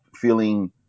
feeling